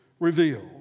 revealed